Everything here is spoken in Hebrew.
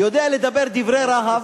הוא יודע לדבר דברי רהב,